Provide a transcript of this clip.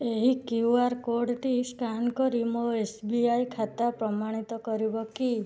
ଏହି Q R କୋଡ଼ଟି scan କରି ମୋ ଏସ୍ ବି ଆଇ ଖାତା ପ୍ରମାଣିତ କରିବ କି